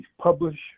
publish